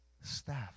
staff